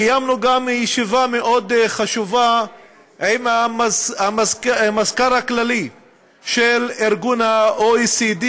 קיימנו גם ישיבה מאוד חשובה עם המזכיר הכללי של ה-OECD,